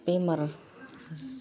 बेमार